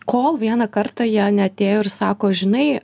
kol vieną kartą jie neatėjo ir sako žinai